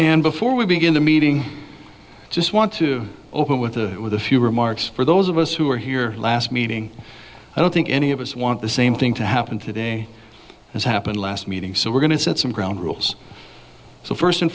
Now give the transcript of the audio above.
and before we begin the meeting i just want to open with a with a few remarks for those of us who were here last meeting i don't think any of us want the same thing to happen today as happened last meeting so we're going to set some ground rules so first and